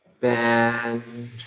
Bend